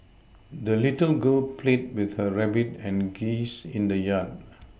the little girl played with her rabbit and geese in the yard